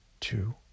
two